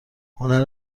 هنر